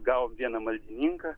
gavom vieną maldininką